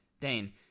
Dane